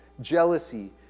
jealousy